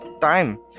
time